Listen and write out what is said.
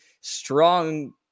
strong